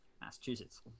Massachusetts